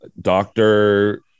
Doctor